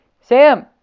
Sam